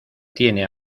tiene